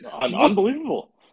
Unbelievable